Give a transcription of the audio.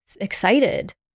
excited